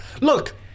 Look